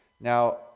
Now